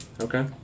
Okay